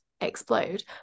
explode